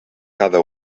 cada